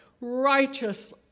righteous